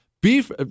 Beef